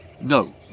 no